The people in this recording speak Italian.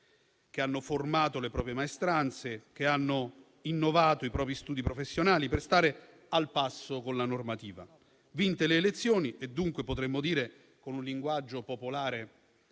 che hanno formato le proprie maestranze, che hanno innovato i propri studi professionali per stare al passo con la normativa. Vinte le elezioni - e dunque potremmo dire, con un linguaggio popolare,